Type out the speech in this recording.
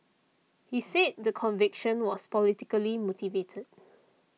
he said the conviction was politically motivated